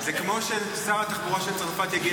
--- זה כמו ששר התחבורה של צרפת יגיע